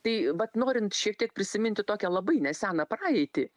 tai vat norint šiek tiek prisiminti tokią labai neseną praeitį